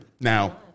Now